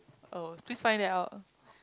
oh please find that out